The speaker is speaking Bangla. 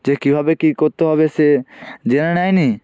যে কীভাবে কী করতে হবে সে জেনে নেয় নি